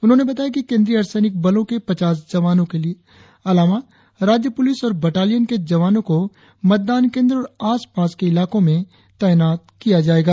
उन्होंने बताया कि केंद्रीय अर्धसैनिक बलों के पचास जवानों के अलावा राज्य पुलिस और बटालियन के जवानो को मतदान केंद्र और आसपास के इलाकों में तैनात किया जायेगा